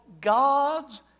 God's